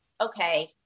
okay